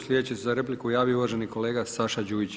Sljedeći se za repliku javio uvaženi kolega Saša Đujič.